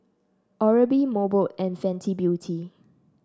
Oral B Mobot and Fenty Beauty